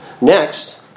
Next